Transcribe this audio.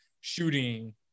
shooting